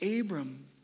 Abram